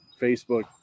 Facebook